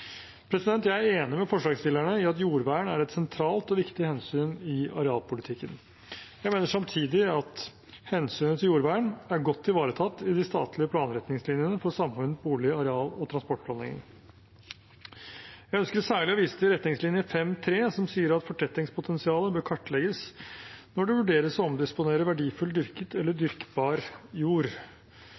Jeg er enig med forslagsstillerne i at jordvern er et sentralt og viktig hensyn i arealpolitikken. Jeg mener samtidig at hensynet til jordvern er godt ivaretatt i de statlige planretningslinjene for samordnet bolig-, areal- og transportplanlegging. Jeg ønsker særlig å vise til retningslinjenes punkt 5.3, som sier at fortettingspotensialet bør kartlegges når det vurderes å omdisponere verdifull dyrket eller dyrkbar jord.